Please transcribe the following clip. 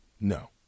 No